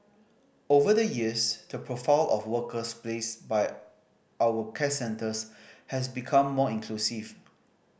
over the years the profile of workers placed by our care centres has become more inclusive